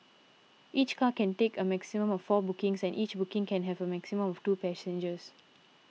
each car can take a maximum of four bookings and each booking can have a maximum of two passengers